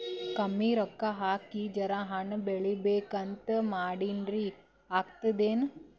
ಕಮ್ಮಿ ರೊಕ್ಕ ಹಾಕಿ ಜರಾ ಹಣ್ ಬೆಳಿಬೇಕಂತ ಮಾಡಿನ್ರಿ, ಆಗ್ತದೇನ?